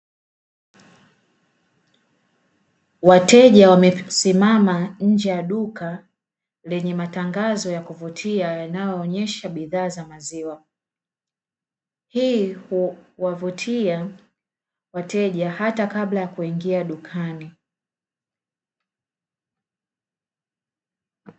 Wateja wamesimama nje ya duka lenye matangazo ya kuvutia yanayoonyesha bidhaa za maziwa, hii huwavutia wateja hata kabla ya kuingia dukani.